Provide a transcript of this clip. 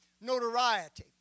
notoriety